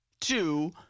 two